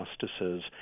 justices